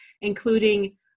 including